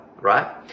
right